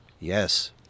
Yes